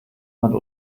man